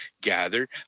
gathered